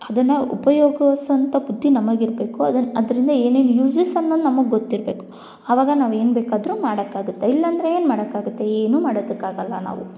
ಅದನ್ನು ಉಪಯೋಗಸುವಂಥ ಬುದ್ದಿ ನಮಗಿರಬೇಕು ಅದರಿಂದ ಏನೇನು ಯೂಸಸ್ ಅನ್ನೋದು ನಮಗೆ ಗೊತ್ತಿರಬೇಕು ಆವಾಗ ನಾವೇನು ಬೇಕಾದರೂ ಮಾಡೋಕ್ಕಾಗುತ್ತೆ ಇಲ್ಲಂದ್ರೆ ಏನು ಮಾಡೋಕ್ಕಾಗುತ್ತೆ ಏನೂ ಮಾಡೋದಕ್ಕಾಗೊಲ್ಲ ನಾವು